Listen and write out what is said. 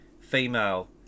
female